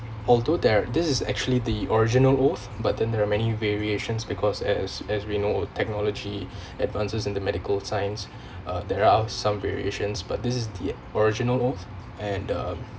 although there this is actually the original oath but then there are many variations because as as we know technology advances in the medical science uh there are some variations but this is the original oath and the